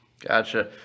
Gotcha